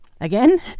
Again